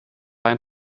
ein